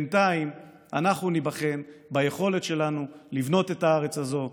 בינתיים אנחנו ניבחן ביכולת שלנו לבנות את הארץ הזאת,